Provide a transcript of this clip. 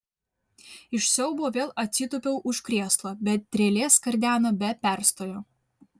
iš siaubo vėl atsitūpiau už krėslo bet trelė skardeno be perstojo